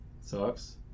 Sucks